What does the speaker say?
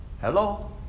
Hello